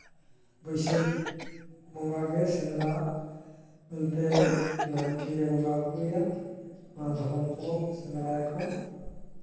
ᱵᱟᱹᱭᱥᱟᱹᱠᱷ ᱵᱚᱸᱜᱟᱜᱮ ᱥᱮᱸᱫᱽᱨᱟ ᱢᱮᱱᱛᱮ ᱱᱟᱭᱠᱮᱭ ᱵᱚᱸᱜᱟᱼᱵᱩᱨᱩᱭᱟ ᱱᱚᱣᱟ ᱫᱷᱚᱨᱚᱢ ᱯᱚᱨᱚᱵᱽ ᱥᱮᱸᱫᱽᱨᱟᱭᱟᱠᱚ